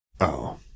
Oh